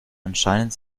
anscheinend